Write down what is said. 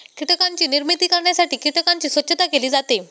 कीटकांची निर्मिती करण्यासाठी कीटकांची स्वच्छता केली जाते